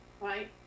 right